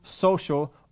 social